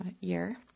year